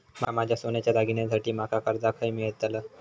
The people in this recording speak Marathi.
माका माझ्या सोन्याच्या दागिन्यांसाठी माका कर्जा माका खय मेळतल?